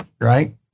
right